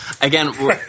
Again